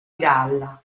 galla